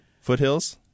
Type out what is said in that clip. foothills